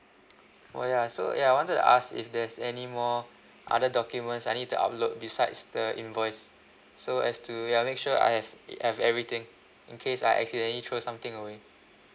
oh ya so ya I wanted to ask if there's any more other documents I need to upload besides the invoice so as to ya make sure I have it have everything in case I accidentally throw something away